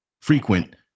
frequent